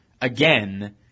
again